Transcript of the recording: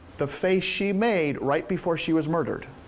the face she made right before she was murdered.